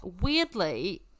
weirdly